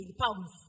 pounds